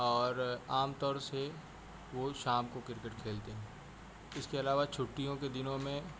اور عام طور سے وہ شام کو کرکٹ کھیلتے ہیں اس کے علاوہ چھٹیوں کے دنوں میں